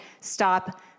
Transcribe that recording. stop